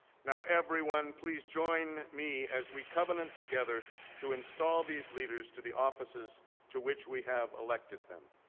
now everyone, please join me as we covenant together to install these leaders to the offices to which we have elected them.